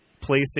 PlayStation